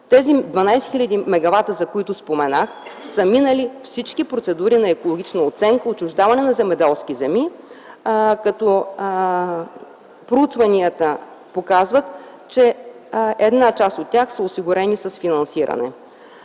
Тези 12 хил. мгвт, за които споменах, са минали всички процедури на екологична оценка, отчуждаване на земеделски земи, като проучванията показват че една част от тях са осигурени с финансиране.